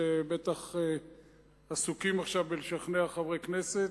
שבטח עסוקים עכשיו בלשכנע חברי כנסת.